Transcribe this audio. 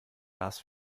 las